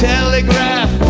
Telegraph